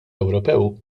ewropew